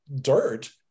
dirt